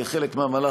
כחלק מהמהלך,